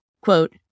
quote